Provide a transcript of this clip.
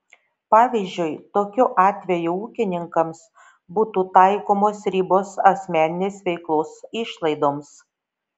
pavyzdžiui tokiu atveju ūkininkams būtų taikomos ribos asmeninės veiklos išlaidoms